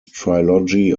trilogy